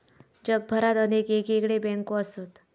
जगभरात अनेक येगयेगळे बँको असत